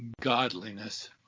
godliness